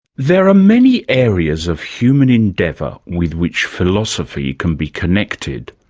there are many areas of human endeavour with which philosophy can be connected.